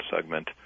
segment